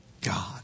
God